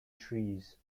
trees